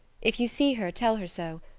if you see her, tell her so.